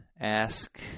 ask